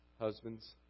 husbands